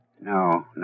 no